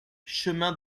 chemin